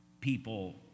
people